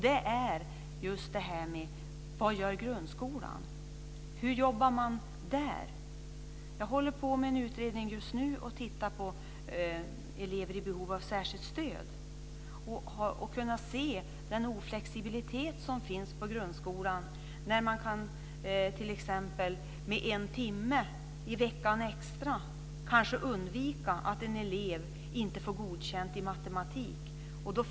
Det handlar om vad grundskolan gör. Hur jobbar man där? Jag håller just nu på med en utredning som tittar på elever med behov av särskilt stöd. Där har jag kunnat se den oflexibilitet som finns i grundskolan. Med en timme extra i veckan kan man kanske undvika att en elev inte får godkänt i matematik.